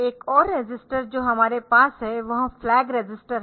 एक और रजिस्टर जो हमारे पास है वह फ्लैग रजिस्टर है